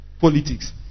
politics